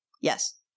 Yes